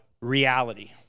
reality